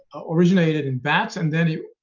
originated in bats and then it